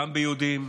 גם ביהודים,